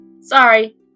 Sorry